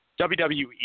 WWE